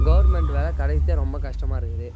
government வேலை கிடைக்கிறதே ரொம்ப கஷ்டமாக இருக்குது